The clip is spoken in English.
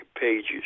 pages